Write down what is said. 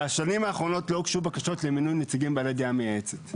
בשנים האחרונות לא הוגשו בקשות למינוי נציגים בעלי דעה מייעצת.